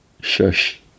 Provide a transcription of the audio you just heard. Shush